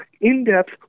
in-depth